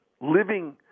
living